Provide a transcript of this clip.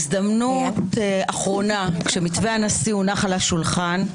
הזדמנות אחרונה כשמתווה הנשיא הונח על השולחן.